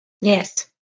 Yes